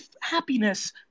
happiness